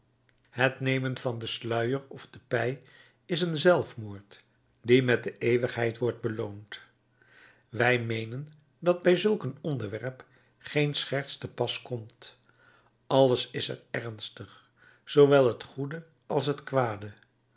het nemen van den sluier of de pij is een zelfmoord die met de eeuwigheid wordt beloond wij meenen dat bij zulk een onderwerp geen scherts te pas komt alles is er ernstig zoowel het goede als het kwade